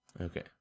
Okay